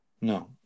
No